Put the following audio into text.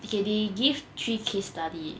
they they give three case study